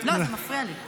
לא, זה מפריע לי.